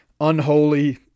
unholy